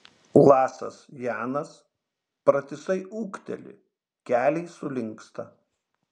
lasas janas pratisai ūkteli keliai sulinksta